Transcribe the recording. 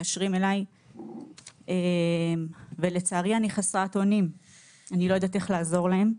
מתקשרים אלי ולצערי אני חסרת אונים ולא יודעת איך לעזור להם.